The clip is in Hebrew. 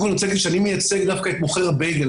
אני רוצה להגיד שאני מייצג דווקא את מוכר הבייגלה,